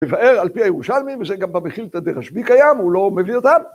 ‫לבאר על פי הירושלמי, ‫וזה גם במכילתא דרשב"י קיים, ‫הוא לא מביא אותם.